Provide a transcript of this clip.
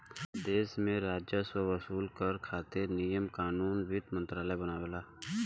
देश में राजस्व वसूल करे खातिर नियम आउर कानून वित्त मंत्रालय बनावला